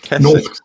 North